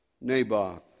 Naboth